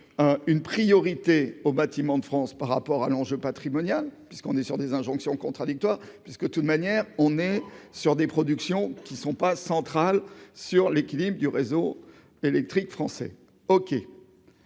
une priorité aux bâtiments de France par rapport à l'enjeu patrimonial, puisqu'on est sur des injonctions contradictoires puisque toute manière on est sur des productions qui sont pas sur l'équilibre du réseau électrique français